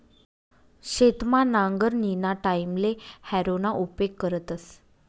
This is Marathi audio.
शेतमा नांगरणीना टाईमले हॅरोना उपेग करतस